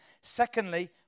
Secondly